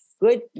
good